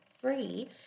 free